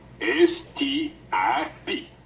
S-T-I-P